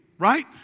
right